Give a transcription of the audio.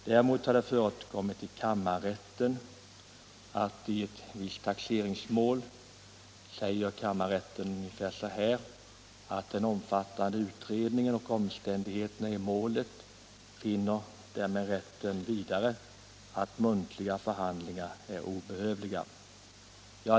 Däremot har det förekommit att kammarrätt i ett visst taxeringsmål har sagt att med hänsyn till den omfattande utredningen och omständigheterna i målet finner rätten att muntliga förhandlingar är obehövliga.